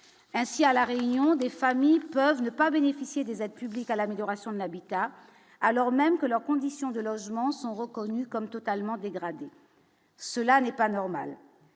ainsi à la réunion des familles peuvent ne pas bénéficier des aides publiques à l'amélioration de l'habitat, alors même que leurs conditions de logement sont reconnus comme totalement dégradé, cela n'est pas normal.